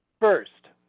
first,